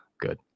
good